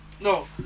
No